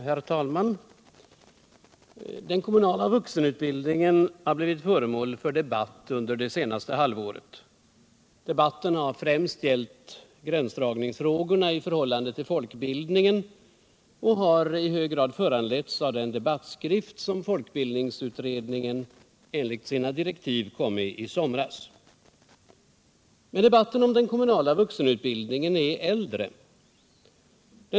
Herr talman! Den kommunala vuxenutbildningen har blivit föremål för debatt under det senaste halvåret. Debatten har främst gällt gränsdragningsfrågorna i förhållande till folkbildningen och har i hög grad föranletts av den debattskrift som folkbildningsutredningen enligt sina direktiv kom med i somras. Men debatten om den kommunala vuxenutbildningen är äldre.